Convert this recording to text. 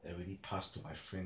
already pass to my friend